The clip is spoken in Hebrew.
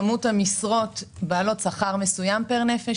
כמות המשרות בעלות שכר מסוים פר נפש?